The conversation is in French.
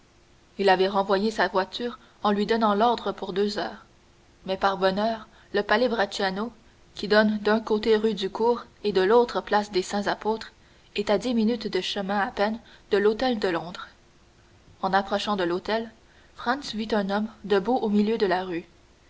il avait renvoyé sa voiture en lui donnant l'ordre pour deux heures mais par bonheur le palais bracciano qui donne d'un côté rue du cours et de l'autre place des saints apôtres est à dix minutes de chemin à peine de l'hôtel de londres en approchant de l'hôtel franz vit un homme debout au milieu de la rue